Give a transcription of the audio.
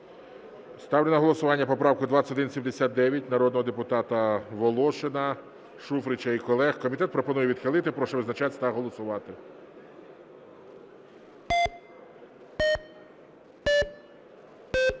Ставлю на голосування поправку 2179 народних депутатів Волошина, Шуфрича і колег. Комітет пропонує відхилити. Прошу визначатись та голосувати.